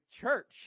church